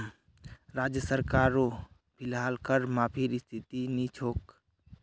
राज्य सरकारो फिलहाल कर माफीर स्थितित नी छोक